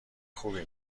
خوبی